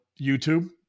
YouTube